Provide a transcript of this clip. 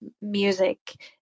music